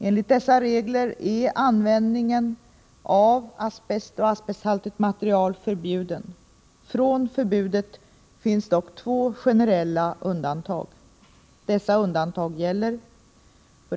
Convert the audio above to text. Enligt dessa regler är användningen av asbest och asbesthaltigt material förbjuden. Från förbudet finns dock två generella undantag.